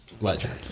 legend